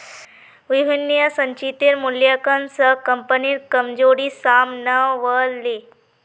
विभिन्न संचितेर मूल्यांकन स कम्पनीर कमजोरी साम न व ले